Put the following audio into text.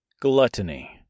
Gluttony